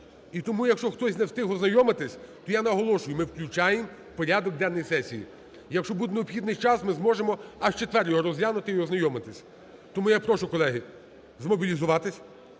І тому, якщо хтось не встиг ознайомитися, то я наголошую: ми включаємо у порядок денний сесії. Якщо буде необхідний час, ми зможемо аж у четвер його розглянути і ознайомитися. Тому я прошу, колеги, змобілізуватись.